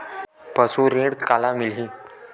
पशु ऋण काला मिलही?